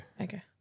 Okay